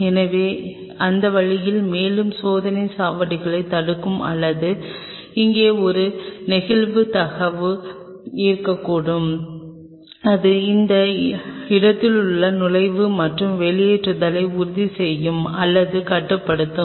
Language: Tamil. எனவே அந்த வழியில் மேலும் சோதனைச் சாவடியைத் தடுக்கும் அல்லது இங்கே ஒரு நெகிழ் கதவு இருக்கக்கூடும் இது இந்த இடத்திலுள்ள நுழைவு மற்றும் வெளியேறலை உறுதி செய்யும் அல்லது கட்டுப்படுத்தும்